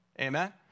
Amen